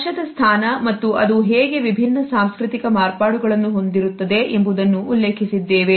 ಸ್ಪರ್ಶದ ಸ್ಥಾನ ಮತ್ತು ಅದು ಹೇಗೆ ವಿಭಿನ್ನ ಸಾಂಸ್ಕೃತಿಕ ಮಾರ್ಪಾಡುಗಳನ್ನು ಹೊಂದಿರುತ್ತದೆ ಎಂಬುದನ್ನು ಉಲ್ಲೇಖಿಸಿದ್ದೇವೆ